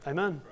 Amen